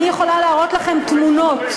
אני יכולה להראות לכם תמונות,